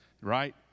Right